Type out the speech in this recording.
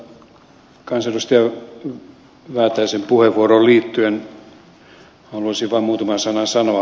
kansanedustaja väätäisen puheenvuoroon liittyen haluaisin vain muutaman sanan sanoa